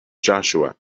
joshua